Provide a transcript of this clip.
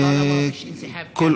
הערבית,